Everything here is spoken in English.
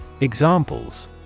Examples